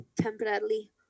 temporarily